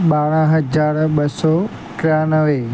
ॿारहं हज़ार ॿ सौ टियानवे